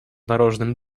narożnym